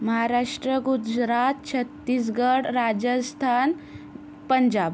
Maharashtra Gujarat Chhattisgarh Rajasthan Punjab